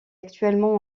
actuellement